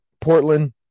Portland